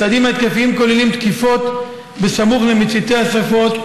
הצעדים ההתקפיים כוללים תקיפות סמוך למציתי השרפות,